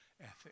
ethic